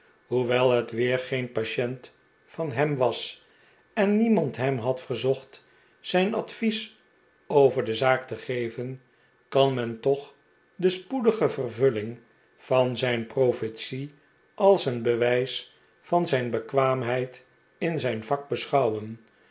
hoewel het weer geen patient van hem was en niemand hem had verzocht zijn advies over de zaak te geven kan men toch de spoedige vervulling van zijn profetie als een bewijs van zijn bekwaamheid in zijn vak beschouwen